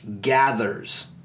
gathers